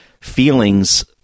feelings